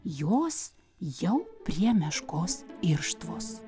jos jau prie meškos irštvos